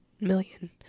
million